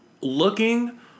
looking